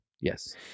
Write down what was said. Yes